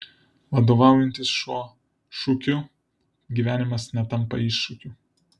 vadovaujantis šiuo šūkiu gyvenimas netampa iššūkiu